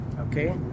Okay